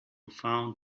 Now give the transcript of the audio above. found